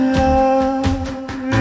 love